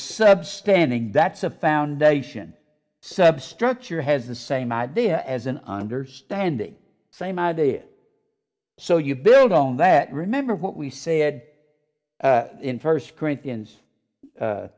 sub standing that's a foundation substructure has the same idea as an understanding same idea so you build on that remember what we said in first